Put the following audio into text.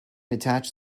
attach